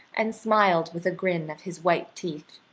and smiled with a grin of his white teeth,